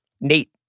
Nate